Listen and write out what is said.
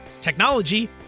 technology